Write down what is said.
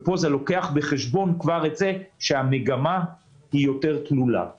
ופה זה כבר לוקח בחשבון שהמגמה תלולה יותר.